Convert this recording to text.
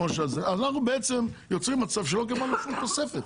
אנחנו בעצם יוצרים מצב שלא קיבלנו כל תוספת.